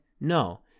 no